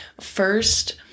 first